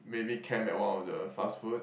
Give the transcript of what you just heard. maybe camp at one of the fast food